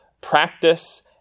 practice